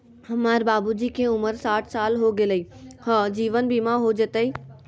हमर बाबूजी के उमर साठ साल हो गैलई ह, जीवन बीमा हो जैतई?